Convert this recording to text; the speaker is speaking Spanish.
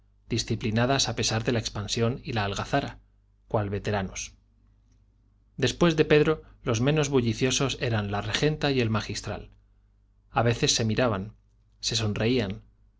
disciplinadas a pesar de la expansión y la algazara cual veteranos después de pedro los menos bulliciosos eran la regenta y el magistral a veces se miraban se sonreían